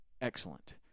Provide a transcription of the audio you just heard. excellent